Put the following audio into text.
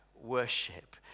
worship